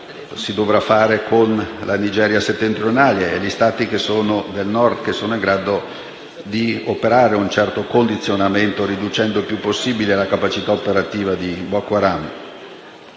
si dovrà operare con la Nigeria settentrionale e gli Stati del Nord, che sono in grado di esercitare un certo condizionamento, riducendo il più possibile la capacità operativa di Boko Haram.